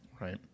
right